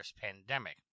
pandemic